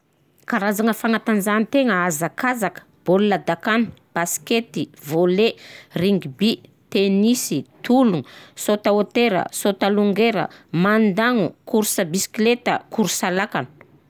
Karazagna fagnatanjahan-tegna: Hazakazaka, Bôligna dakana, Baskety, volley, Ringby, Tenisy, Tologno, Saute à hauteur, Saute à longueur, Mandagno, Course bisikileta, Course laka.